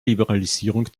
liberalisierung